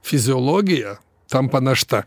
fiziologija tampa našta